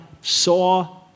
saw